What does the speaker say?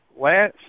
Last